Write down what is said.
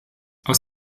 aus